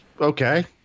okay